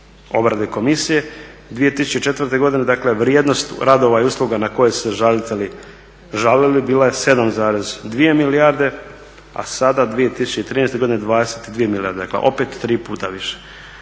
obrade komisije, 2004. godine, dakle vrijednost radova i usluga na koje su se žalitelji žalili bila je 7,2 milijarde, a sada 2013. godine, 22 milijarde, dakle opet 3 pita više.